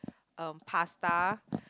um pasta